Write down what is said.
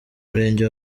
murenge